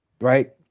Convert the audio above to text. Right